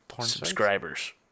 subscribers